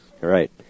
Right